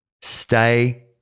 Stay